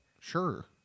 sure